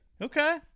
Okay